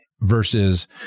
versus